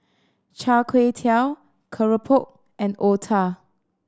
Char Kway Teow Keropok and Otah